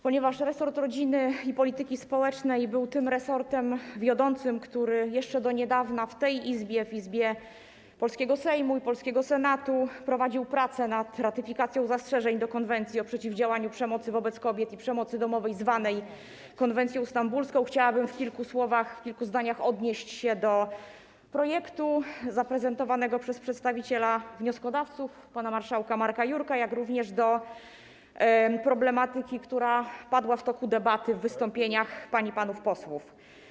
Ponieważ resort rodziny i polityki społecznej był resortem wiodącym, który jeszcze do niedawna w tej Izbie, w Izbie polskiego Sejmu i polskiego Senatu, prowadził prace nad ratyfikacją zastrzeżeń do konwencji o przeciwdziałaniu przemocy wobec kobiet i przemocy domowej, zwanej konwencją stambulską, chciałabym w kilku słowach, w kilku zdaniach odnieść się do projektu zaprezentowanego przez przedstawiciela wnioskodawców, pana marszałka Marka Jurka, jak również do problematyki, która została poruszona w toku debaty w wystąpieniach pań i panów posłów.